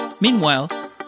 Meanwhile